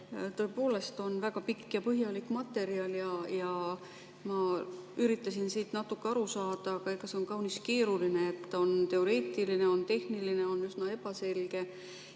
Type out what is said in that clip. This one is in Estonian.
Tõepoolest, see on väga pikk ja põhjalik materjal. Üritasin sellest natuke aru saada, aga see on kaunis keeruline, see on teoreetiline, on tehniline, on üsna ebaselge.